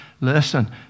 listen